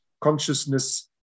consciousness